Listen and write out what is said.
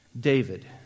David